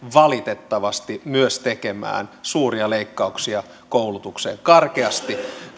valitettavasti myös tekemään suuria leikkauksia koulutukseen karkeasti